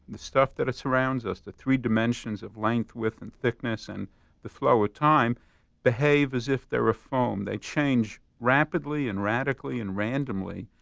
the stuff that surrounds us, the three dimensions of length, width and thickness, and the flow of time behave as if they're a foam. they change rapidly, and radically and randomly,